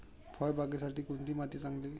फळबागेसाठी कोणती माती चांगली?